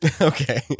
okay